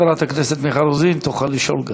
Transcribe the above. חברת הכנסת מיכל רוזין תוכל לשאול גם.